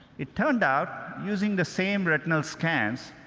it turned out, using the same retinal scans,